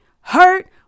hurt